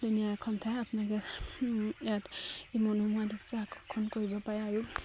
ধুনীয়া এখন ঠাই আপোনালোকে ইয়াত এই মনোমোহা দৃশ্য় আকৰ্ষণ কৰিব পাৰে আৰু